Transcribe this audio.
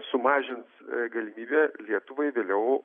sumažins galimybę lietuvai vėliau